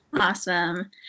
Awesome